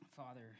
Father